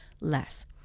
less